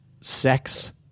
sex